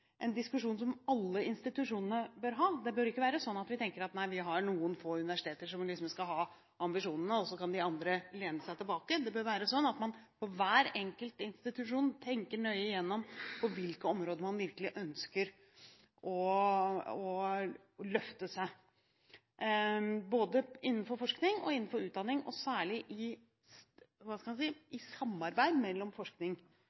en diskusjon som alle institusjonene bør ha. Vi bør ikke tenke sånn at vi har noen få universiteter som skal ha ambisjonene, og at de andre kan lene seg tilbake. Det bør ikke være sånn at vi tenker at vi har noen få universiteter som liksom skal ha ambisjonene, og så kan de andre lene seg tilbake. Det bør være sånn at man på hver enkelt institusjon tenker nøye igjennom på hvilke områder man virkelig ønsker å løfte seg, både innenfor forskning og innenfor